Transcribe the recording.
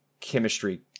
chemistry